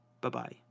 Bye-bye